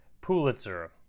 Pulitzer